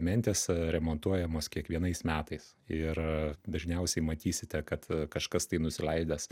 mentės remontuojamos kiekvienais metais ir dažniausiai matysite kad kažkas tai nusileidęs